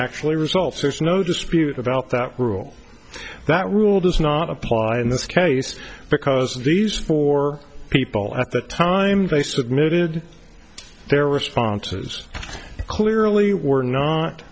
actually results there's no dispute about that rule that rule does not apply in this case because these four people at the time they submitted their responses clearly were not